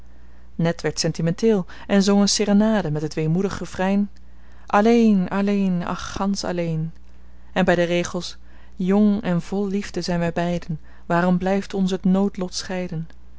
werd sentimenteel en zong een serenade met het weemoedig refrein alleen alleen ach gansch alleen en bij de regels jong en vol liefde zijn wij beiden waarom blijft ons het noodlot scheiden